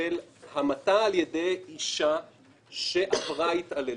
מדובר בהמתה על ידי אישה שעברה התעללות.